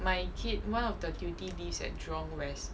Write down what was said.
my kid one of the tutee lives at jurong west